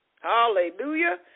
Hallelujah